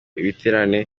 ibiterane